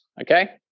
okay